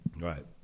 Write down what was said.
Right